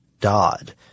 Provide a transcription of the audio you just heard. Dodd